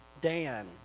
Dan